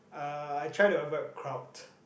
uh I try to avoid crowd